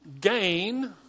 Gain